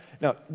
now